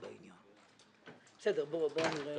בבקשה.